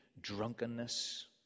drunkenness